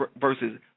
versus